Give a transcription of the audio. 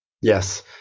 Yes